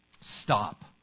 Stop